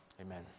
Amen